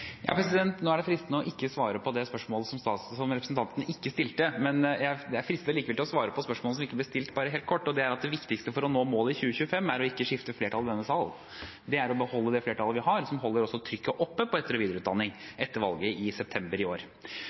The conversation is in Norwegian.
Nå er det fristende ikke å svare på det spørsmålet som representanten ikke stilte. Jeg er likevel fristet til å svare på spørsmålet som ikke ble stilt, bare helt kort: Det viktigste for å nå målet i 2025 er å ikke skifte flertall i denne sal. Det er å beholde det flertallet vi har, som også holder trykket oppe på etter- og videreutdanning etter valget i september i år.